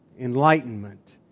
enlightenment